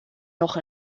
noch